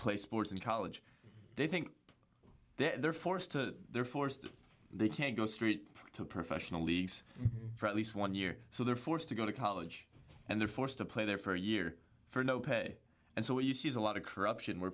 play sports in college they think they're forced to they're forced they can't go straight to professional leagues for at least one year so they're forced to go to college and they're forced to play there for a year for no pay and so what you see is a lot of corruption where